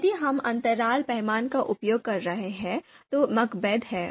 यदि हम अंतराल पैमाने का उपयोग कर रहे हैं तो MACBETH है